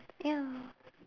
ya